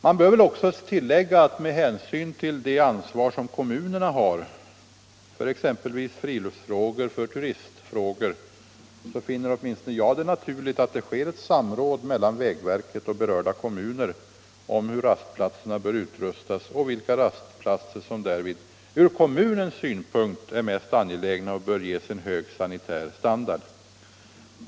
Jag vill också tillägga att med hänsyn till det ansvar kommunerna har för exempelvis friluftsfrågor och turistfrågor så finner åtminstone jag det naturligt att det sker ett samråd mellan vägverket och berörda kommuner om hur rastplatserna bör utrustas och vilka rastplatser som därvid från kommunernas synpunkt är mest angelägna och bör ges en hög sanitär standard.